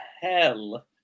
hell